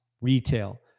retail